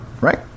right